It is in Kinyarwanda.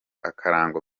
akarango